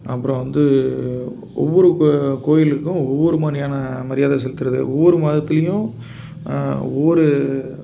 அப்பறம் வந்து ஒவ்வொரு கோ கோயிலுக்கும் ஒவ்வொரு மாதிரியான மரியாதை செலுத்துவது ஒவ்வொரு மதத்துலேயும் ஒவ்வொரு